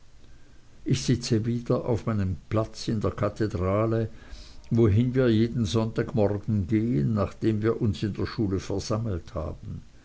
ich sitze wieder auf meinem platz in der kathedrale wohin wir jeden sonntagmorgen gehen nachdem wir uns in der schule versammelt haben